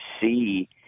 see